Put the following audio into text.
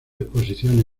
exposiciones